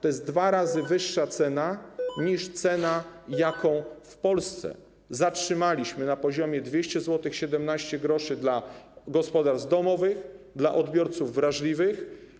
To jest dwa razy wyższa cena niż cena, jaką w Polsce zatrzymaliśmy na poziomie 200,17 zł dla gospodarstw domowych, dla odbiorców wrażliwych.